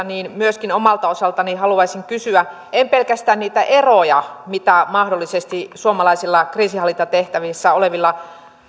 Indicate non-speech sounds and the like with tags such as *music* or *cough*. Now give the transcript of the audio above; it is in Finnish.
*unintelligible* niin myöskin omalta osaltani haluaisin kysyä en pelkästään niitä eroja mitä suomalaisilla kriisinhallintatehtävissä olevilla